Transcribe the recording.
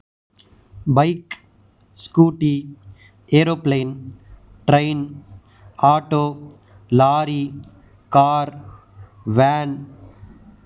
bike scooty aeroplane train auto lorry car van